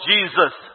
Jesus